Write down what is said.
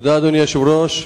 אדוני היושב-ראש,